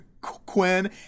Quinn